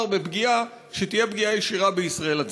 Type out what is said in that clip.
בפגיעה שתהיה פגיעה ישירה בישראל עצמה.